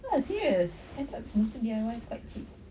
no serious D_I_Y is quite cheap